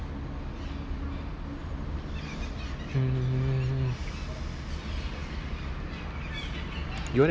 mm